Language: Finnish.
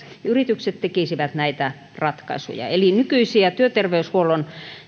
yritykset tekisivät näitä ratkaisuja ja nykyisiä työterveyshuollon